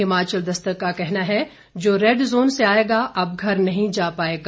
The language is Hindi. हिमाचल दस्तक का कहना है जो रेड जोन से आएगा अब घर नहीं जा पाएगा